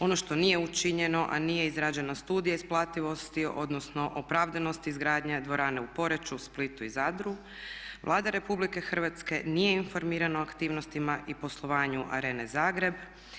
Ono što nije učinjeno, a nije izrađena studija isplativosti odnosno opravdanosti izgradnje dvorane u Poreču, Splitu i Zadru Vlada Republike Hrvatske nije informirana o aktivnostima i poslovanju Arene Zagreb.